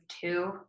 two